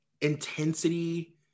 intensity